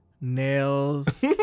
nails